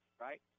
right